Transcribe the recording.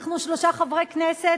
אנחנו שלושה חברי כנסת,